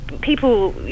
people